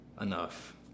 enough